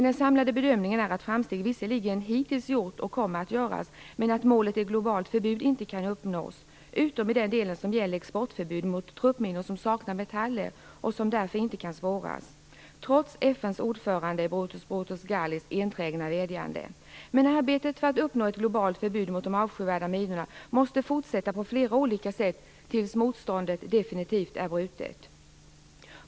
Den samlade bedömningen är att framsteg visserligen hittills gjorts och kommer att göras men att målet ett globalt förbud inte kan uppnås utom i den del som gäller exportförbud mot truppminor som saknar metaller och som därför inte kan spåras, trots FN:s ordförande Boutros Boutros Ghalis enträgna vädjande. Arbetet för att uppnå ett globalt förbud mot de avskyvärda minorna måste fortsätta på flera olika sätt tills motståndet definitivt är brutet.